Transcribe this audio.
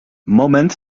moment